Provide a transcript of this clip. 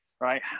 right